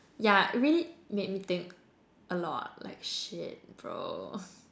yeah really made me think a lot like shit bro